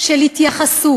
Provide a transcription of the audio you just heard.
התנועה האסלאמית,